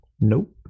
Nope